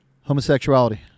Homosexuality